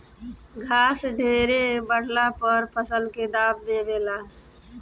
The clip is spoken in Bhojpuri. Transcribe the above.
घास ढेरे बढ़ला पर फसल के दाब देवे ला